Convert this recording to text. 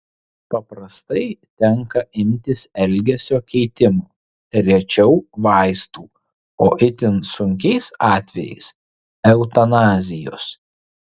paprastai tenka imtis elgesio keitimo rečiau vaistų o itin sunkiais atvejais eutanazijos